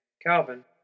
Calvin